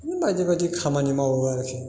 बिदिनो बायदि बायदि खामानि मावो आरोखि